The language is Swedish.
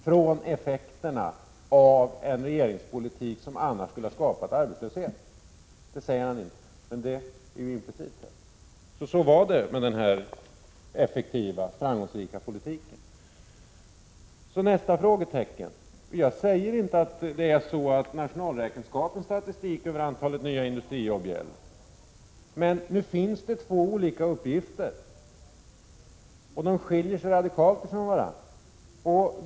Från effekterna av en regeringspolitik som annars skulle ha skapat arbetslöshet, kunde han ha tillagt. Det säger han inte, men det är implicit. Så var det med den effektiva, framgångsrika politiken. Nästa frågetecken: Jag säger inte att nationalräkenskapens statistik över antalet nya industrijobb gäller. Men nu finns det två olika uppgifter och de skiljer sig radikalt ifrån varandra.